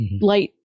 light